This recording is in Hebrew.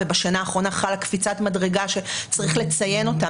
ובשנה האחרונה חלה קפיצת מדרגה שצריך לציין אותה,